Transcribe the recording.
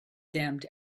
damned